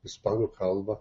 ispanų kalbą